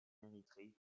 érythrée